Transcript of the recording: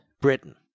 Britain